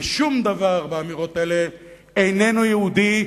ושום דבר באמירות האלה איננו יהודי,